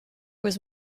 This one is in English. was